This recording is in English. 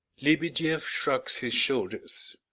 lebedieff shrugs his shoulders.